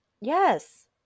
Yes